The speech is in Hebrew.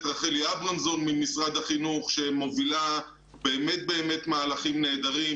רחלי אברמזון ממשרד החינוך שמובילה באמת באמת מהלכים נהדרים